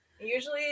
usually